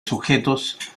sujetos